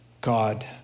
God